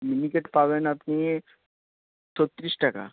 মিনিকেট পাবেন আপনি ছত্রিশ টাকা